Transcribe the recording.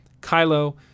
Kylo